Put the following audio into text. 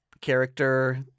character